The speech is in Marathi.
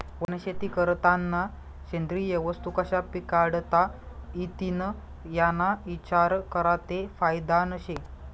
वनशेती करतांना सेंद्रिय वस्तू कशा पिकाडता इतीन याना इचार करा ते फायदानं शे